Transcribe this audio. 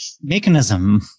mechanism